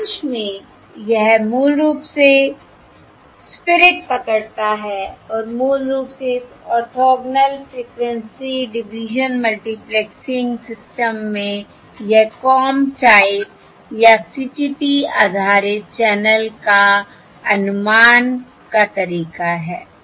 सारांश में यह मूल रूप से स्पिरिट पकड़ता है और मूल रूप से इस orthogonal frequency division multiplexing OFMD system में यह कॉम टाइप या CTP आधारित चैनल का अनुमान का तरीका है